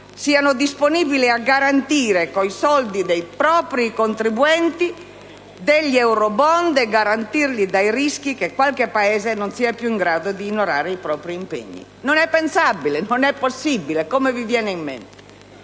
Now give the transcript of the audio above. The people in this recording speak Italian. siano disponibili a garantire con i soldi dei propri contribuenti degli *eurobond* dal rischio che qualche Paese non sia più in grado di onorare i propri impegni: non è pensabile, non è possibile. Come vi viene in mente?